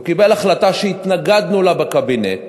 והוא קיבל החלטה שהתנגדנו לה בקבינט,